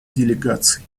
делегаций